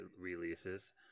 releases